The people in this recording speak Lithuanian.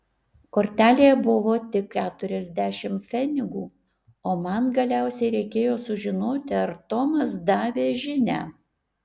kortelėje buvo tik keturiasdešimt pfenigų o man galiausiai reikėjo sužinoti ar tomas davė žinią